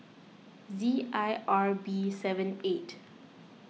Z I R B seven eight